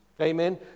Amen